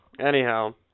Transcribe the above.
Anyhow